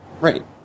Right